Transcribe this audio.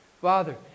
Father